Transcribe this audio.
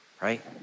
right